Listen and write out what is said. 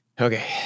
Okay